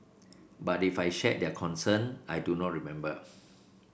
but if I shared their concern I do not remember